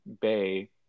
Bay